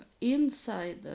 inside